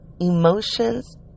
emotions